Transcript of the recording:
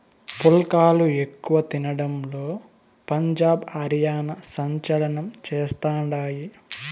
పుల్కాలు ఎక్కువ తినడంలో పంజాబ్, హర్యానా సంచలనం చేస్తండాయి